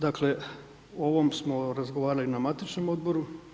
Dakle, o ovom smo razgovarali na matičnom Odboru.